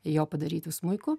jo padarytu smuiku